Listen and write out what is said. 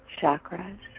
chakras